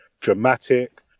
dramatic